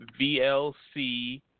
VLC